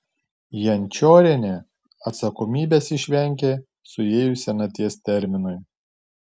jančiorienė atsakomybės išvengė suėjus senaties terminui